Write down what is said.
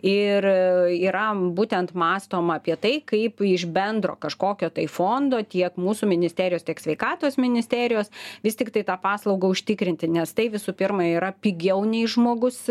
ir yra būtent mąstoma apie tai kaip iš bendro kažkokio tai fondo tiek mūsų ministerijos tiek sveikatos ministerijos vis tiktai tą paslaugą užtikrinti nes tai visų pirma yra pigiau nei žmogus